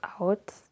out